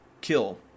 kill